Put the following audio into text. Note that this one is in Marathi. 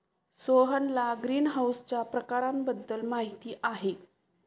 सोहनला ग्रीनहाऊसच्या प्रकारांबद्दल माहिती आहे